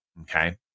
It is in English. Okay